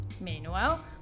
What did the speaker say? Meanwhile